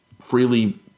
freely